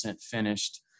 finished